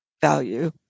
value